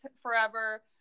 forever